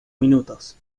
minutos